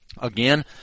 Again